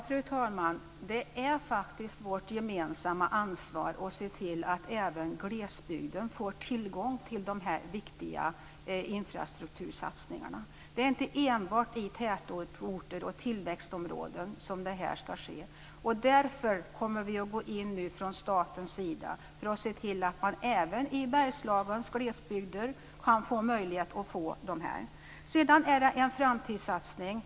Fru talman! Det är faktiskt vårt gemensamma ansvar att se till att även glesbygden får tillgång till de här viktiga infrastruktursatsningarna. Det är inte enbart i tätorter och tillväxtområden som det här ska ske. Därför kommer vi nu att gå in från statens sida för att se till att man även i Bergslagens glesbygder kan få möjlighet att få bredband. Detta är en framtidssatsning.